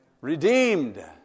Redeemed